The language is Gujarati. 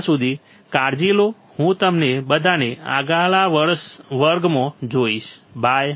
ત્યાં સુધી કાળજી લો હું તમને બધાને આગલા વર્ગમાં જોઈશ બાય